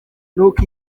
nuko